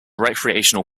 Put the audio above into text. recreational